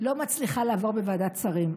לא מצליחה לעבור בוועדת שרים?